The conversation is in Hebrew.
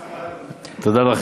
תודה.